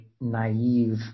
naive